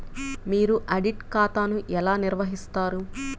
మీరు ఆడిట్ ఖాతాను ఎలా నిర్వహిస్తారు?